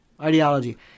ideology